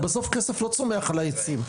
בסוף כסף לא צומח על העצים.